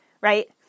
right